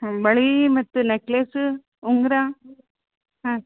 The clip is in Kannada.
ಹ್ಞೂ ಬಳೇ ಮತ್ತು ನೆಕ್ಲೆಸ್ ಉಂಗುರ ಹಾಂ